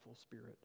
Spirit